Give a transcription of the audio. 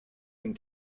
and